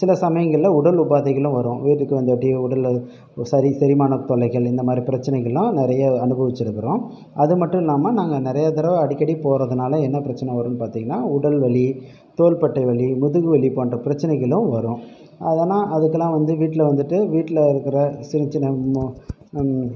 சில சமயங்களில் உடல் உபாதைகளும் வரும் வீட்டுக்கு வந்துட்டி உடல் சரி செரிமான தொல்லைகள் இந்தமாதிரி பிரச்சினைகள்லாம் நெறைய அனுபவிச்சுருக்குறோம் அது மட்டும் இல்லாமல் நாங்கள் நிறைய தடவை அடிக்கடி போகிறதுனால என்ன பிரச்சின வருன்னு பார்த்திங்கன்னா உடல் வலி தோள்பட்டை வலி முதுகு வலி போன்ற பிரச்சினைகளும் வரும் அது ஆனால் அதுக்கெலாம் வந்து வீட்டில் வந்துட்டு வீட்டில் இருக்கிற சின்ன சின்ன மு